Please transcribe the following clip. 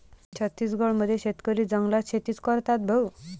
छत्तीसगड मध्ये शेतकरी जंगलात शेतीच करतात भाऊ